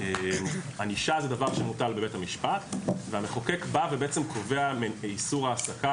שענישה היא דבר שמוטל בבית המשפט והמחוקק בא ובעצם קובע איסור העסקה